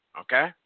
Okay